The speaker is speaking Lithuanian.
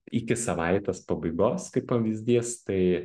iki savaitės pabaigos kaip pavyzdys tai